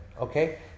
Okay